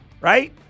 right